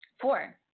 four